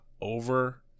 over